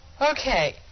Okay